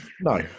No